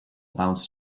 bounced